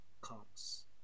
comes